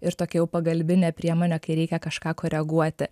ir tokia jau pagalbinė priemonė kai reikia kažką koreguoti